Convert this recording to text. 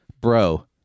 bro